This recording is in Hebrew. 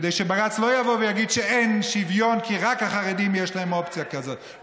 כדי שבג"ץ לא יבוא ויגיד שאין שוויון כי רק לחרדים יש אופציה כזאת.